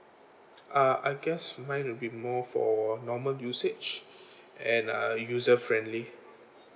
uh I guess mine will be more for normal usage and uh user friendly